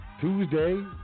Tuesday